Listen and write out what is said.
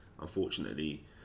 unfortunately